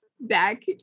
Back